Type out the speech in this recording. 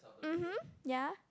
(uh huh) yea